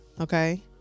Okay